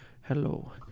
Hello